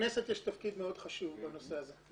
לכנסת יש תפקיד מאוד חשוב בנושא הזה.